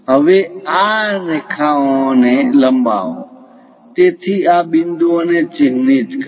હવે આ આ રેખાઓ ને લંબાઓ તેથી આ બિંદુઓ ને ચિહ્નિત કરો